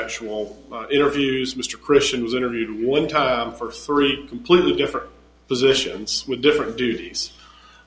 actual interviews mr krishan was interviewed one time for three completely different positions with different duties